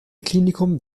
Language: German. klinikum